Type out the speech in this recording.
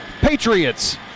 Patriots